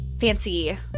fancy